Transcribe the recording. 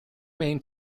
main